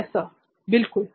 professor बिल्कुल